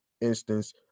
instance